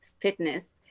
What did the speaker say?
fitness